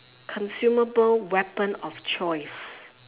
consumable weapon of choice